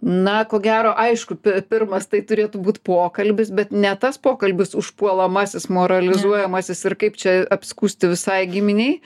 na ko gero aišku p pirmas tai turėtų būt pokalbis bet ne tas pokalbis užpuolamasis moralizuojamasis ir kaip čia apskųsti visai giminei